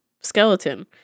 skeleton